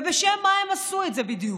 ובשם מה הם עשו את זה בדיוק,